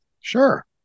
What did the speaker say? Sure